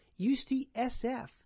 UCSF